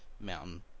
mountain